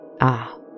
Ah